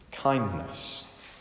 Kindness